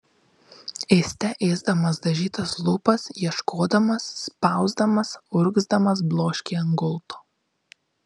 ėste ėsdamas dažytas lūpas ieškodamas spausdamas urgzdamas bloškė ant gulto